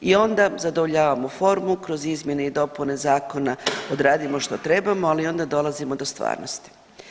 I onda zadovoljavamo formu kroz izmjene i dopune zakona odradimo što trebamo, ali onda dolazimo do stvarnosti.